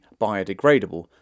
biodegradable